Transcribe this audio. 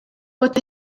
bod